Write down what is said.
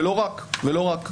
ולא רק אנשים כאלה,